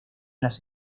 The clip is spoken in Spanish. las